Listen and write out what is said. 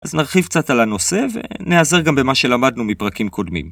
אז נרחיב קצת על הנושא ונעזר גם במה שלמדנו מפרקים קודמים.